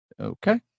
Okay